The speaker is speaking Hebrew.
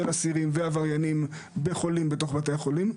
אסירים ועבריינים בחולים בתוך בתי החולים.